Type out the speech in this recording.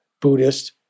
Buddhist